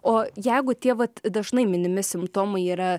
o jegu tie vat dažnai minimi simptomai yra